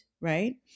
Right